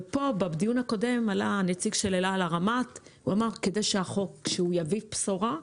בדיון הקודם עלה נציג אל על ואמר שכדי שהחוק יביא בשורה,